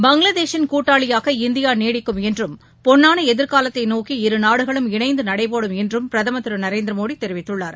பங்களாதேஷின் கூட்டாளியாக இந்தியா நீடிக்கும் என்றும் பொன்னான எதிர்காலத்தை நோக்கி இருநாடுகளும் இணைந்து நடைபோடும் என்றும் பிரதமர் திரு நரேந்திரமோடி தெரிவித்துள்ளார்